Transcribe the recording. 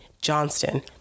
Johnston